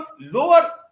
lower